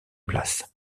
place